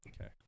Okay